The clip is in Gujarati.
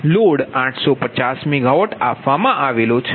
લોડ 850 મેગાવોટ છે